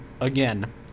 Again